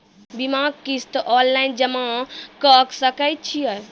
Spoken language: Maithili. बीमाक किस्त ऑनलाइन जमा कॅ सकै छी?